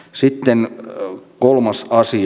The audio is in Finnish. sitten kolmas asia